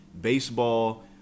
Baseball